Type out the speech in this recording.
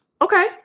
Okay